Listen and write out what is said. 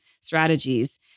strategies